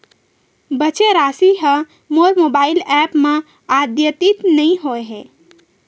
बचे राशि हा मोर मोबाइल ऐप मा आद्यतित नै होए हे